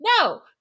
no